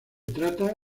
trata